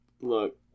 Look